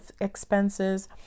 expenses